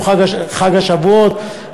חג השבועות,